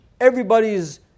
everybody's